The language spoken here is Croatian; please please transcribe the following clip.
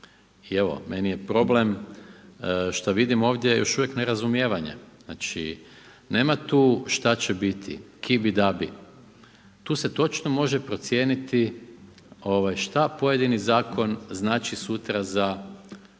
I evo meni je problem što vidim ovdje još uvijek nerazumijevanje, znači nema tu šta će biti, ki bi da bi. Tu se točno može procijeniti šta pojedini zakon znači sutra za